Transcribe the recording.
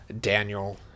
Daniel